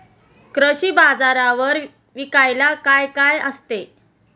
कृषी बाजारावर विकायला काय काय असते?